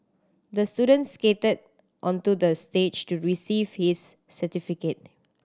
the student skated onto the stage to receive his certificate